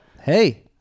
hey